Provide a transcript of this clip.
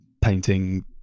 painting